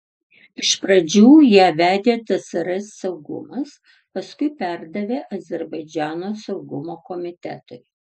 iš pradžių ją vedė tsrs saugumas paskui perdavė azerbaidžano saugumo komitetui